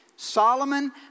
Solomon